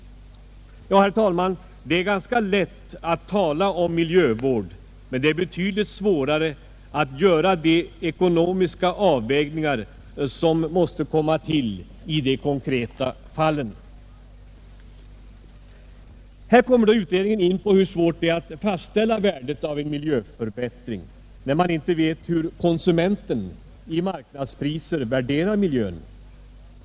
Herr talman! Det är ganska lätt att tala om miljövård, men det är betydligt svårare att göra de ekonomiska avvägningar som måste komma till i de konkreta fallen. Här kommer utredningen in på hur svårt det är att fastställa värdet av en miljöförbättring, när man inte vet hur konsumenten i marknadspriser värderar miljön.